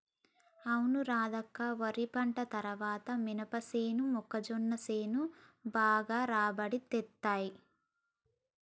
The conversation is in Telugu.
అవును రాధక్క వరి పంట తర్వాత మినపసేను మొక్కజొన్న సేను బాగా రాబడి తేత్తున్నయ్